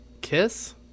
Kiss